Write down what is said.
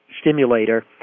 stimulator